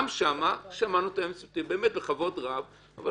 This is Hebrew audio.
גם שם שמענו את היועץ המשפטי בכבוד רב אבל